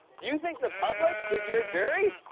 you think the public is your jury?